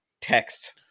text